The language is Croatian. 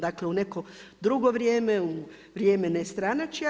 Dakle u neko drugo vrijeme, u vrijeme nestranačja.